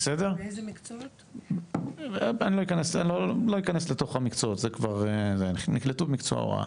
אני לא נכנס למקצועות, אלא נקלטו במקצוע ההוראה.